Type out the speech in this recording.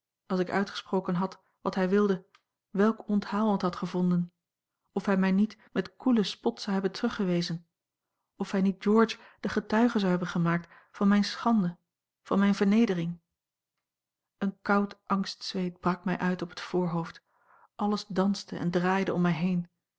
als ik uitgesproken had wat hij wilde welk onthaal het had gevonden of hij mij niet met koelen spot zou hebben teruggewezen of hij niet george de getuige zou hebben gemaakt van mijne schande van mijne vernedering een koud angstzweet brak mij uit op het voorhoofd alles danste en draaide om mij heen